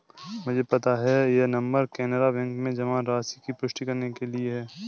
मुझे पता है यह नंबर कैनरा बैंक में जमा राशि की पुष्टि करने के लिए है